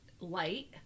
light